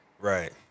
Right